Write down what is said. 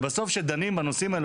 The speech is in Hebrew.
ובסוף כשדנים בנושאים האלה,